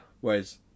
Whereas